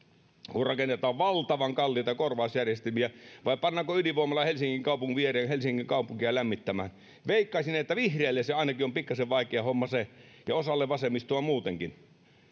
kun rakennetaan valtavan kalliita korvausjärjestelmiä vai pannaanko ydinvoimala helsingin kaupungin viereen helsingin kaupunkia lämmittämään veikkaisin että vihreille se ainakin on pikkasen vaikea homma ja osalle vasemmistoa muutenkin